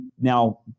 now